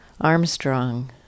Armstrong